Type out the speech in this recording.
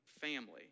family